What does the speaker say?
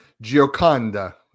Gioconda